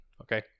Okay